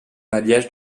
alliage